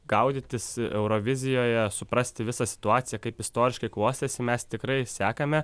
gaudytis eurovizijoje suprasti visą situaciją kaip istoriškai klostėsi mes tikrai sekame